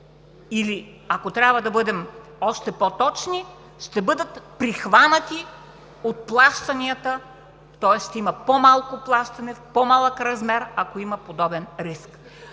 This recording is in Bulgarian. Ако трябва да бъдем още по-точни, ще бъдат прихванати от плащанията, тоест ще има по-малко плащане, в по-малък размер, ако има подобен риск.